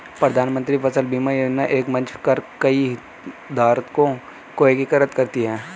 प्रधानमंत्री फसल बीमा योजना एक मंच पर कई हितधारकों को एकीकृत करती है